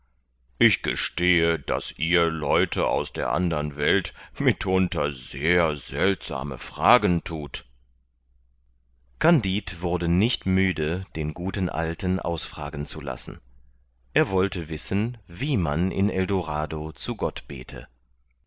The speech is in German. ich gestehe daß ihr leute aus der andern welt mitunter sehr seltsame fragen thut kandid wurde nicht müde den guten alten ausfragen zu lassen er wollte wissen wie man in eldorado zu gott bete